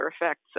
effects